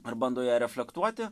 ar bando ją reflektuoti